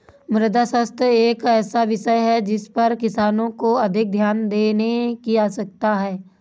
मृदा स्वास्थ्य एक ऐसा विषय है जिस पर किसानों को अधिक ध्यान देने की आवश्यकता है